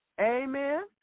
Amen